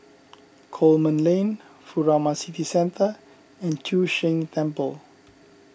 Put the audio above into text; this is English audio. Coleman Lane Furama City Centre and Chu Sheng Temple